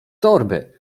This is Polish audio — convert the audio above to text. torby